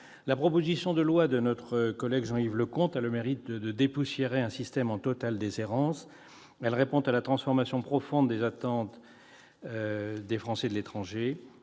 La proposition de loi de notre collègue Jean-Yves Leconte a le mérite de dépoussiérer un système en totale déshérence. Elle satisfait l'attente des Français de l'étranger,